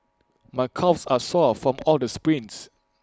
my calves are sore from all the sprints